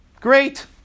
Great